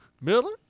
Miller